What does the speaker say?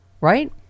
Right